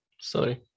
sorry